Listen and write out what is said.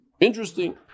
interesting